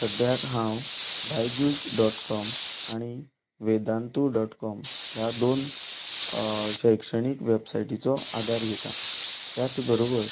सद्द्याक हांव Byju's dot com आनी वेदांतू डोट काॅम ह्या दोन शैक्षणीक वेबसायटीचो आदार घेता त्याच बरोबर